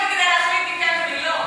גם אם הוא רפורמי, הוא יכול לטבול.